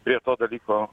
prie to dalyko